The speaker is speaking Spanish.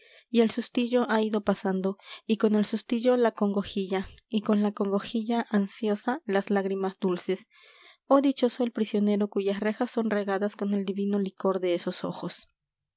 y el sustillo ha ido pasando y con el sustillo la congojilla y con la congojilla ansiosa las lágrimas dulces oh dichoso el prisionero cuyas rejas son regadas con el divino licor de esos ojos